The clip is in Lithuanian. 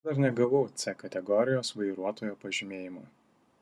aš dar negavau c kategorijos vairuotojo pažymėjimo